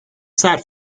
sat